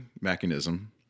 mechanism